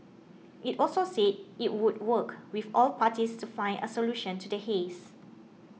it also said it would work with all parties to find a solution to the haze